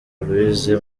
louise